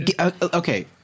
Okay